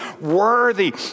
worthy